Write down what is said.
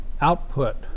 output